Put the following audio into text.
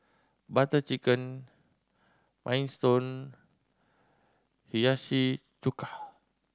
Butter Chicken Minestrone Hiyashi Chuka